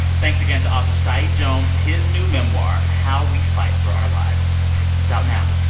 thanks again to author saeed jones. his new memoir, how we fight for our lives it's out now.